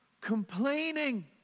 Complaining